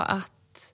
att